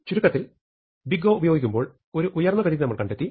ചുരുക്കത്തിൽ big O ഉപയോഗിക്കുമ്പോൾ ഒരു ഉയർന്ന പരിധി നമ്മൾ കണ്ടെത്തി